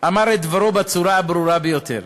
אמר את דברו בצורה הברורה ביותר,